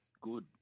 good